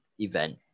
event